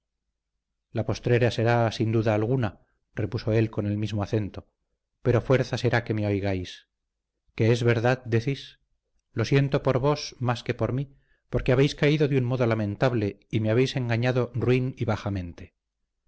la postrera será sin duda alguna repuso él con el mismo acento pero fuerza será que me oigáis que es verdad decís lo siento por vos más que por mí porque habéis caído de un modo lamentable y me habéis engañado ruin y